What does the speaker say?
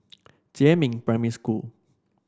Jiemin Primary School